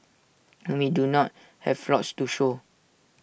and we do not have lots to show